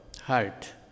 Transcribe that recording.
heart